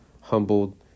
humbled